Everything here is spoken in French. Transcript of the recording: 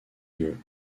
lieu